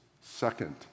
Second